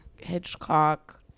hitchcock